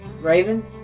Raven